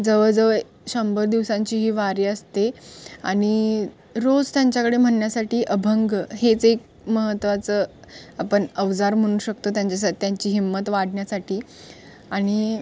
जवळजवळ शंभर दिवसांची ही वारी असते आणि रोज त्यांच्याकडे म्हणण्यासाठी अभंग हेच एक महत्त्वाचं आपण अवजार म्हणू शकतो त्यांच्यासाठी त्यांची हिंमत वाढण्यासाठी आणि